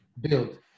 build